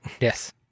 Yes